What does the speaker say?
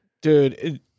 Dude